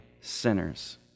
sinners